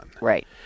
Right